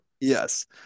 Yes